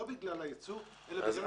לא בגלל הייצוא אלא בגלל הפיקוח.